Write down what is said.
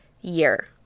year